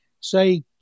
Say